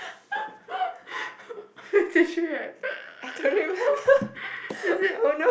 fifty three right is it